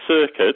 circuit